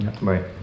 Right